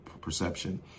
perception